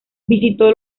visitó